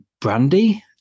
Brandy